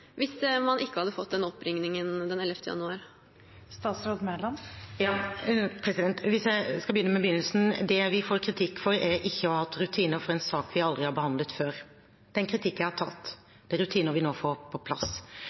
hvis man ikke hadde fått den oppringningen den 11. januar? Hvis jeg skal begynne med begynnelsen: Det vi får kritikk for, er å ikke ha hatt rutiner for en sak vi aldri har behandlet før. Det er en kritikk jeg har tatt. Det er rutiner vi nå får på plass.